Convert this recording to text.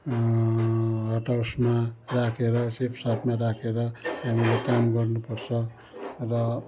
हटहाउसमा राखेर सेपसापमा राखेर हामीले काम गर्नु पर्छ र